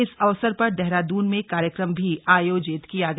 इस अवसर पर देहरादून में कार्यक्रम भी आयोजित किया गया